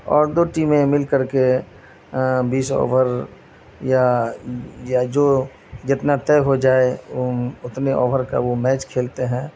اور دو ٹیمیں مل کر کے بیس اوور یا یا جو جتنا طے ہو جائے اتنے اوور کا وہ میچ کھیلتے ہیں